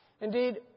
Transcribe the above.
Indeed